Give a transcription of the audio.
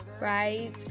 right